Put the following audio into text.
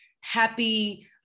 happy